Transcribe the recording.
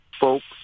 folks